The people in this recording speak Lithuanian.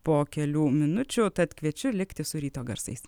po kelių minučių tad kviečiu likti su ryto garsais